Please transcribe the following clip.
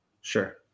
Sure